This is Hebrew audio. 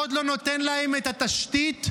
עוד לא נותן להם את התשתית,